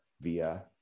via